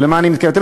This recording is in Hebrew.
למה אני מתכוון?